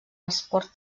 esports